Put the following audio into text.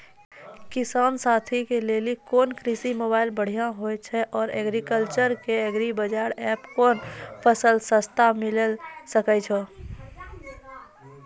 किसान साथी के लिए कोन कृषि मोबाइल बढ़िया होय छै आर एग्रीकल्चर के एग्रीबाजार एप कोन फसल सस्ता मिलैल सकै छै?